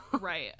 Right